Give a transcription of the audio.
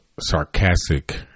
sarcastic